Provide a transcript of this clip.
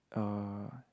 uh